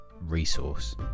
resource